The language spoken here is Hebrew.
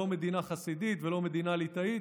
לא מדינה חסידית ולא מדינה ליטאית,